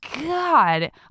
God